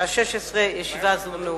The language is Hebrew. בשעה 16:00. ישיבה זו נעולה.